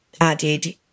added